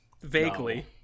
Vaguely